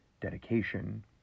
dedication